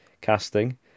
casting